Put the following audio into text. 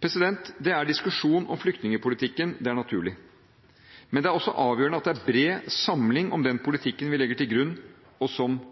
Det er diskusjon om flyktningpolitikken; det er naturlig. Men det er også avgjørende at det er bred samling om den politikken vi legger til grunn, og